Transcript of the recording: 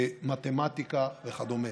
מתמטיקה וכדומה.